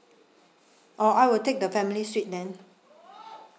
oh I will take the family suite then